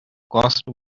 caused